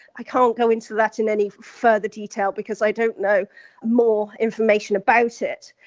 i can't go into that in any further detail because i don't know more information about it,